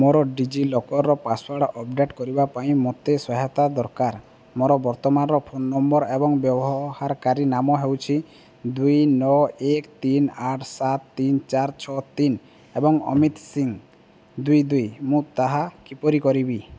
ମୋର ଡିଜିଲକର୍ର password update କରିବା ପାଇଁ ମୋତେ ସହାୟତା ଦରକାର ମୋର ବର୍ତ୍ତମାନର ଫୋନ୍ ନମ୍ବର୍ ଏବଂ ବ୍ୟବହାରକାରୀ ନାମ ହେଉଛି ଦୁଇ ନଅ ଏକ ତିନି ଆଠ ସାତ ତିନି ଚାରି ଛଅ ତିନି ଏବଂ ଅମିତ ସିଂ ଦୁଇ ଦୁଇ ମୁଁ ତାହା କିପରି କରିବି